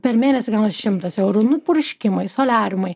per mėnesį gaunas šimtas eurų nu purškimai soliariumai